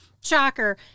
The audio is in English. shocker